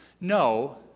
No